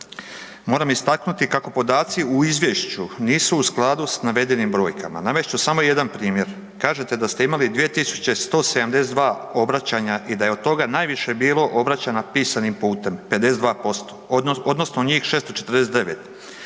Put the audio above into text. Moram istaknuti kako podaci u Izvješću nisu u skladu s navedenim brojkama. Navest ću samo jedan primjer. Kažete da ste imali 2172 obraćanja i da je od toga najviše bilo obraćanja pisanim putem, 52%, odnosno njih 649.